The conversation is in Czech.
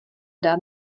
dát